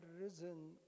risen